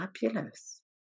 fabulous